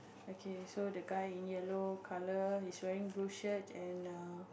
okay so the guy in yellow color he's wearing blue shirt and err